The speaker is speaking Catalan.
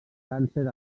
càncer